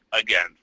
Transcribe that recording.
again